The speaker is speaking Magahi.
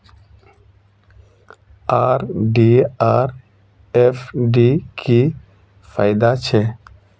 आर.डी आर एफ.डी की फ़ायदा छे?